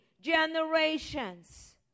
generations